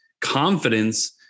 confidence